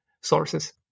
sources